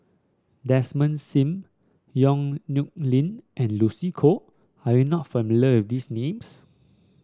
Desmond Sim Yong Nyuk Lin and Lucy Koh are you not familiar with these names